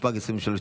התשפ"ג 2023,